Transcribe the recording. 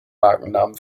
markennamen